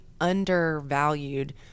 undervalued